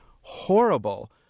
horrible